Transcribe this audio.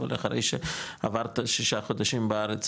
אחרי שעברת שישה חודשים בארץ,